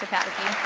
pataky.